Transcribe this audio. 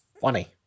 funny